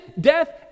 death